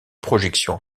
projections